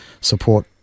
support